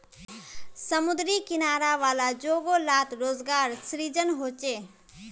समुद्री किनारा वाला जोगो लात रोज़गार सृजन होचे